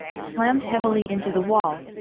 slammed heavily into the wall,